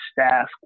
staff